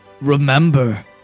remember